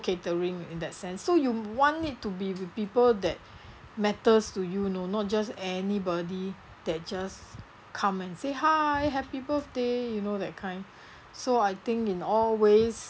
catering in that sense so you want it to be with people that matters to you know not just anybody that just come and say hi happy birthday you know that kind so I think in all ways